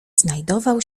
znajdował